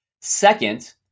Second